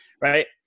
right